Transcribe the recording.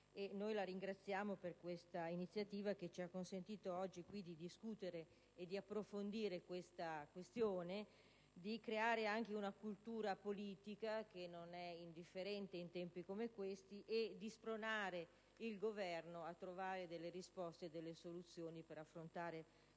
La ringraziamo per questa iniziativa che ci ha consentito oggi qui di discutere e di approfondire tale questione, di creare anche una cultura politica, il che non è indifferente in tempi come questi, e di spronare il Governo a trovare delle risposte e delle soluzioni per affrontare questa